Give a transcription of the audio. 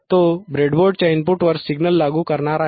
तो ब्रेडबोर्डच्या इनपुटवर सिग्नल लागू करणार आहे